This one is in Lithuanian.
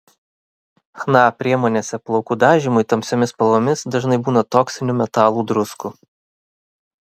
chna priemonėse plaukų dažymui tamsiomis spalvomis dažnai būna toksinių metalų druskų